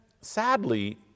sadly